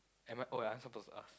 am I oh you aren't supposed to ask